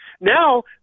now